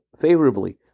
favorably